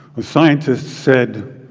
a scientist said,